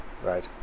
Right